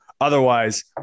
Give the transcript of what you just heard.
Otherwise